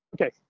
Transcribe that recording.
Okay